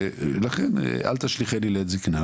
ואל תשליכני לעת זקנה,